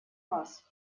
вас